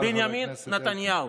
בנימין נתניהו.